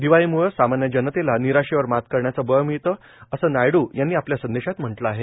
दिवाळीमुळे सामान्य जनतेला निराशेवर मात करण्याचं बळ मिळतं असं नायडू यांनी आपल्या संदेशात म्हटलं आहे